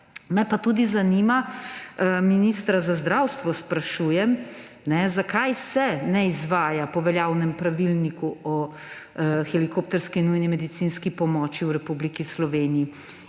metanje denarja? Ministra za zdravstvo pa sprašujem: Zakaj se ne izvaja po veljavnem pravilniku o helikopterski nujni medicinski pomoči v Republiki Sloveniji?